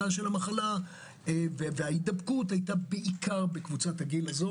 המחלה וההידבקות היתה בעיקר בקבוצת הגיל הזאת.